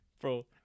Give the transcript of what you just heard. Bro